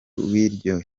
w’iryo